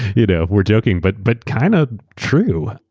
you know we're joking but but kind of true.